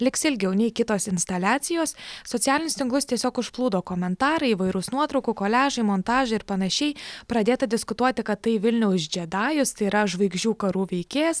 liks ilgiau nei kitos instaliacijos socialinius tinklus tiesiog užplūdo komentarai įvairūs nuotraukų koliažai montažai ir panašiai pradėta diskutuoti kad tai vilniaus džedajus tai yra žvaigždžių karų veikėjas